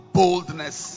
boldness